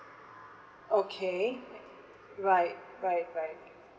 okay right right right